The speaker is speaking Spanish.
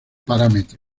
parámetro